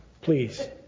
Please